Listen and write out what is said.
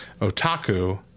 Otaku